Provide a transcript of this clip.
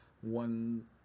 one